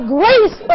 grace